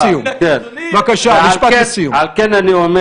סמי אבו